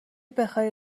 بخای